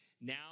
Now